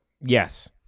Yes